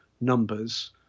numbers